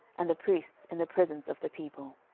and the priests, in the presence of the people.